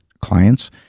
clients